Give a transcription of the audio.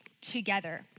together